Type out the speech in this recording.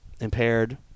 impaired